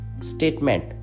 statement